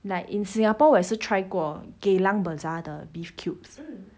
like in singapore 我也是 try 过 geylang bazaar 的 beef cubes